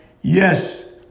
yes